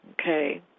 Okay